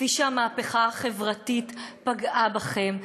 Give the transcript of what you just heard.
כפי שהמהפכה החברתית פגעה בכם,